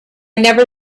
never